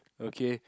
okay